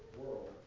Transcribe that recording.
world